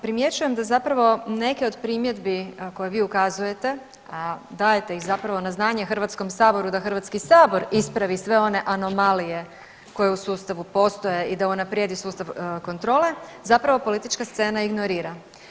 Primjećujem da zapravo neke od primjedbi koje vi ukazujete, a dajete ih zapravo na znanje Hrvatskom saboru da Hrvatski sabor ispravi sve one anomalije koje u sustavu postoje i da unaprijedi sustav kontrole zapravo politička scena ignorira.